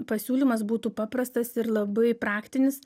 pasiūlymas būtų paprastas ir labai praktinis